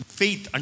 faith